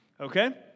Okay